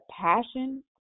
passion